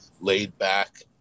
laid-back